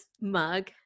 mug